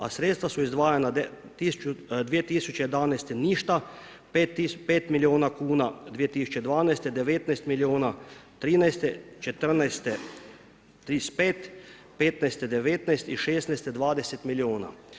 A sredstva su izdvajana 2011. ništa, 5 milijuna kuna 2012., 19 milijuna '13., '14. 35, '15. 19 i '16. 20 milijuna.